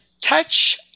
touch